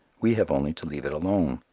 we have only to leave it alone.